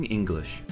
English